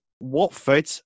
Watford